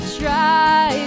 try